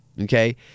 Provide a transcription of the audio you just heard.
okay